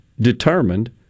determined